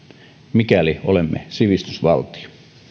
mikäli olemme sivistysvaltio